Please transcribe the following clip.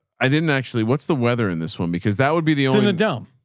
i didn't actually what's the weather in this one because that would be the only, and and um